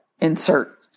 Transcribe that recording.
insert